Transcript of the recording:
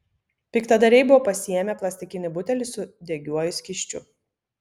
piktadariai buvo pasiėmę plastikinį butelį su degiuoju skysčiu